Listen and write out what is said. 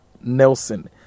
nelson